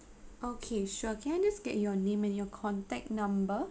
okay sure can I just get your name and your contact number